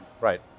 Right